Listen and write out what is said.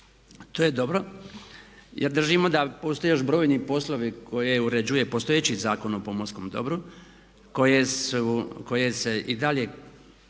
To je dobro jer držimo da postoje još brojni poslovi koje uređuje postojeći Zakon o pomorskom dobru, koje se i dalje